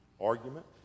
argument